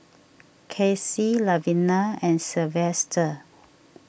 Kaci Lavina and Sylvester